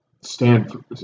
stanford